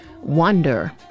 wonder